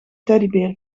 teddybeer